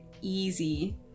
Easy